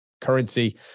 currency